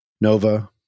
Nova